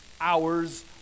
hours